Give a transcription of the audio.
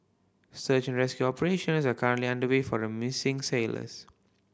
search and rescue operations are currently underway for the missing sailors